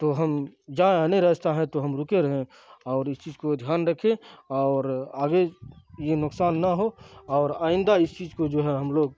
تو ہم جائیں نہیں راستہ ہے تو ہم رکے رہیں اور اس چیز کو دھیان رکھیں اور آگے یہ نقصان نہ ہو اور آئندہ اس چیز کو جو ہے ہم لوگ